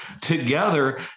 together